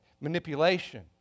manipulation